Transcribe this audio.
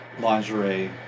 lingerie